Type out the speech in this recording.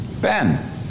Ben